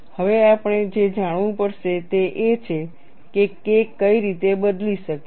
હવે આપણે જે જાણવું પડશે તે એ છે કે K કઈ રીતે બદલી શકે છે